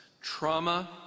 trauma